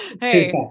hey